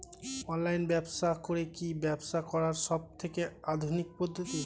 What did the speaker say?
Online ব্যবসা করে কি ব্যবসা করার সবথেকে আধুনিক পদ্ধতি?